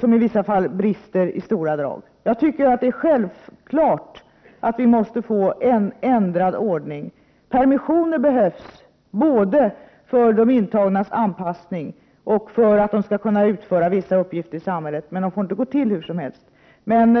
som i vissa fall brister i stora drag. Jag tycker att det är självklart att vi måste få en ändrad ordning. Permissioner behövs både för de intagnas anpassning och för att de skall kunna utföra vissa uppgifter i samhället, men permissionerna får inte gå till hur som helst.